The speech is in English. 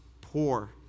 poor